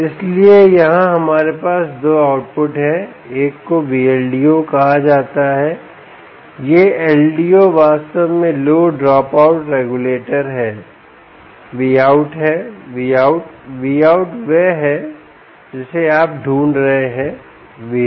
इसलिए यहां हमारे पास दो आउटपुट हैं एक को Vldo कहा जाता है यह LDO वास्तव में लो ड्रॉपआउट रेगुलेटर हैVout है Vout Vout वह है जिसे आप ढूंढ रहे हैं Vout